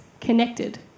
connected